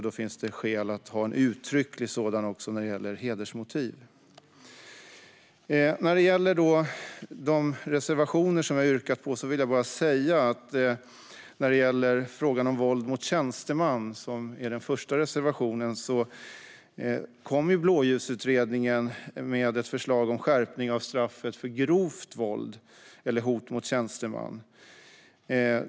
Det finns skäl att ha en uttrycklig sådan också när det gäller hedersmotiv. När det gäller de reservationer som jag har yrkat bifall till vill jag bara säga att när det gäller våld mot tjänsteman, som är den första reservationen, kom Blåljusutredningen med ett förslag om skärpning av straffet för grovt våld eller hot mot tjänsteman.